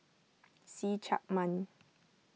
See Chak Mun